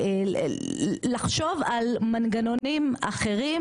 לחשוב על מנגנונים אחרים,